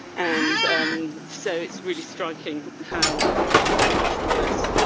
and um, so it's really striking how much worse, ah